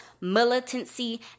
militancy